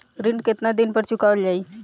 ऋण केतना दिन पर चुकवाल जाइ?